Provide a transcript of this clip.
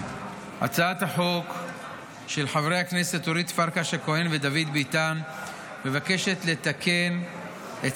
הצעת החוק של חברי הכנסת אורית פרקש הכהן ודוד ביטן מבקשת לתקן את